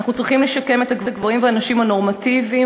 אנו צריכים לשקם את הגברים והנשים ה"נורמטיביים",